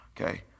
okay